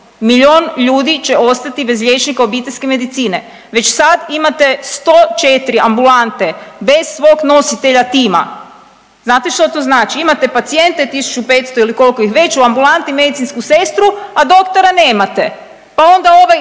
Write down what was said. milijun ljudi će ostati bez liječnika obiteljske medicine. Već sad imate 104 ambulante bez svog nositelja tima, znate što to znači? Imate pacijente 1500 ili koliko ih već u ambulanti, medicinsku sestru, a doktora nemate, pa onda ovaj